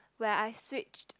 where I switched